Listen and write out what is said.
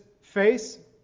face